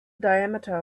diameter